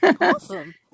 awesome